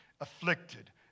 afflicted